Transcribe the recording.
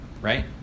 right